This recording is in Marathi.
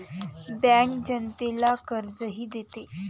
बँक जनतेला कर्जही देते